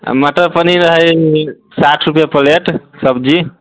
आ मटर पनीर हइ साठि रुपैए प्लेट सब्जी